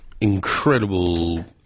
Incredible